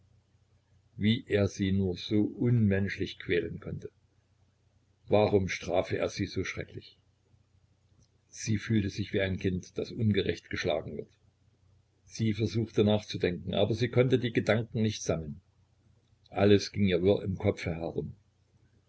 wie er sie nur so unmenschlich quälen konnte warum strafe er sie so schrecklich sie fühlte sich wie ein kind das ungerecht geschlagen wird sie versuchte nachzudenken aber sie konnte die gedanken nicht sammeln alles ging ihr wirr im kopfe herum